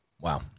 Wow